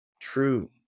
True